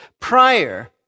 prior